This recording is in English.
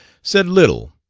said little,